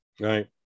right